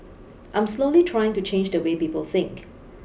I'm slowly trying to change the way people think